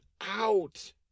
out